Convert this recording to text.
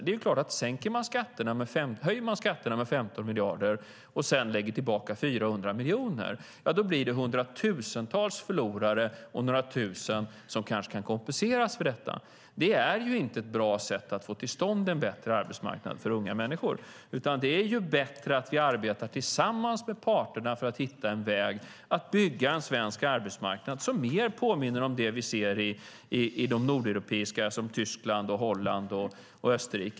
Det är klart att om man höjer skatterna med 15 miljarder och sedan lägger tillbaka 400 miljoner blir det hundratusentals förlorare och några tusen som kanske kan kompenseras för detta. Det är inte ett bra sätt att få till stånd en bättre arbetsmarknad för unga människor, utan det är bättre att vi arbetar tillsammans med parterna för att hitta en väg att bygga en svensk arbetsmarknad som mer påminner om den vi ser i de nordeuropeiska länderna som Tyskland, Holland och Österrike.